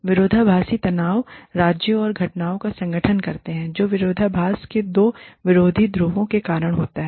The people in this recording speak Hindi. विरोधाभासी तनाव राज्यों और घटनाओं का गठन करते हैं जो विरोधाभास के दो विरोधी ध्रुवों के कारण होता है